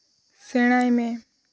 ᱥᱮᱬᱟᱭ ᱢᱮ